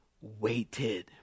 waited